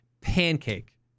pancake